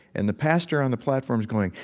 and the pastor on the platform is going,